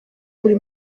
buri